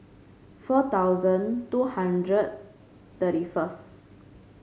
four thousand two hundred thirty first